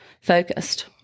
focused